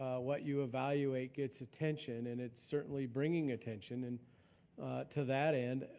what you evaluate gets attention. and it's certainly bringing attention. and to that end,